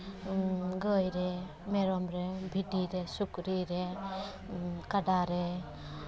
ᱜᱟᱹᱭ ᱨᱮ ᱢᱮᱨᱚᱢ ᱨᱮ ᱵᱷᱤᱰᱤ ᱨᱮ ᱥᱩᱠᱨᱤ ᱨᱮ ᱠᱟᱰᱟ ᱨᱮ